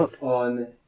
on